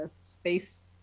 space